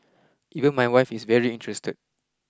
even my wife is very interested